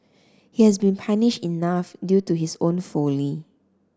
he has been punished enough due to his own folly